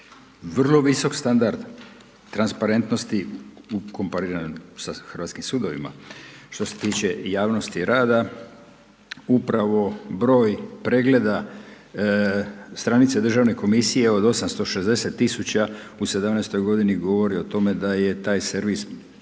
vrlo visok standard transparentnosti ukomparirane sa hrvatskim sudovima. Što se tiče javnosti rada, upravo broj pregleda stranice Državne komisije od 860 000 u 17.-toj godini govori o tome da je taj servis